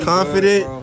Confident